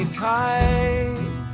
tight